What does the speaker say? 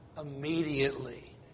immediately